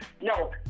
No